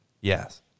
yes